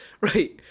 Right